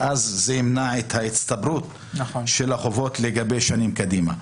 וזה ימנע את ההצטברות של החובות לגבי שנים קדימה.